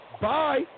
Bye